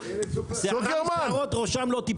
שערה משערות ראשם לא תיפגע.